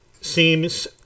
seems